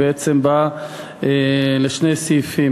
בעצם באה לשני סעיפים,